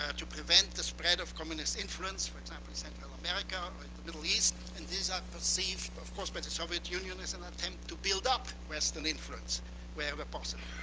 ah to prevent the spread of communist influence, for example in central america, in like the middle east. and these are perceived, of course, by the soviet union as an attempt to build up western influence wherever possible.